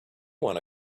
want